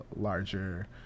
larger